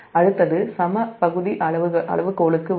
அடுத்தது சம பகுதி அளவுகோலுக்கு வரும்